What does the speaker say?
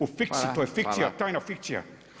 U fikciji, to je fikcija, tajna fikcija.